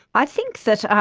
i think that